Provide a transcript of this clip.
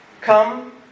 come